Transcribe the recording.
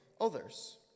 others